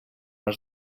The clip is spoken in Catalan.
els